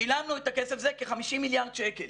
שילמנו את הכסף הזה, כ-50 מיליארד שקל